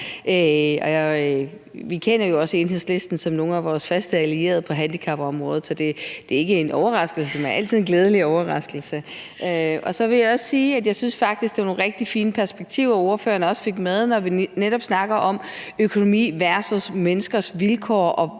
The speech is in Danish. vi kender jo også Enhedslisten som nogle af vores faste allierede på handicapområdet, så det er ikke en overraskelse, men altid en glædelig overraskelse. Så vil jeg også sige, at jeg faktisk synes, det var nogle rigtig fine perspektiver, ordføreren også fik med, når vi netop snakker om økonomi versus menneskers vilkår, og